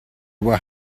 were